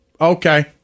okay